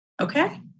okay